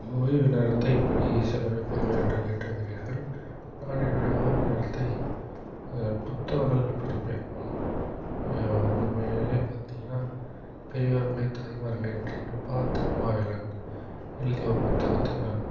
ஓய்வு நேரத்தை எப்படி செலவழிப்பீர்கள் என்று கேட்டிருக்கிறீர்கள் நான் என்னுடைய ஓய்வு நேரத்தைப் புத்தகங்கள் படிப்பேன் உண்மையிலேயே பார்த்தீங்கன்னா பெரியோர்களே தாய்மார்களே அப்படின்னு பா திருமாவேலன் எழுதிய ஒரு புத்தகத்தை நான்